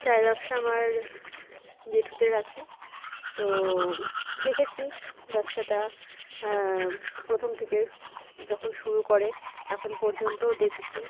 চায়ের ব্যবসা আমার জ্যেঠুদের আছে তো দেখেছি ব্যবসাটা প্রথম থেকে যখন শুরু করে এখন পর্যন্তও দেখছি